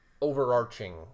overarching